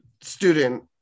student